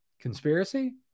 Conspiracy